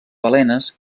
balenes